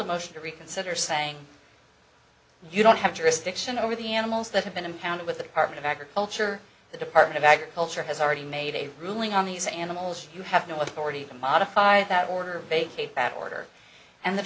a motion to reconsider saying you don't have jurisdiction over the animals that have been impounded with the department of agriculture the department of agriculture has already made a ruling on these animals you have no authority to modify that order vacate bad order and the